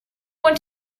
want